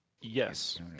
yes